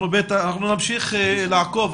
אנחנו נמשיך לעקוב.